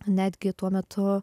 netgi tuo metu